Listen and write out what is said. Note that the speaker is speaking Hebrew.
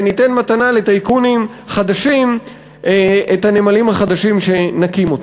וניתן מתנה לטייקונים חדשים את הנמלים החדשים שנקים.